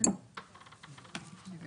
הבאנו